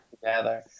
together